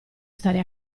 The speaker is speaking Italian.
stare